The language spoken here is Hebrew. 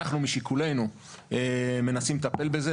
ואנחנו משיקולי מנסים לטפל בזה.